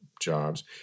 jobs